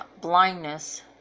blindness